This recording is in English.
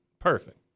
perfect